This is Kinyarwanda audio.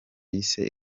yise